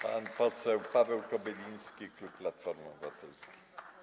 Pan poseł Paweł Kobyliński, klub Platformy Obywatelskiej.